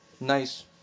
Nice